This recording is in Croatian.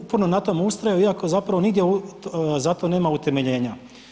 Uporno na tom ustraju iako zapravo nigdje za to nema utemeljenja.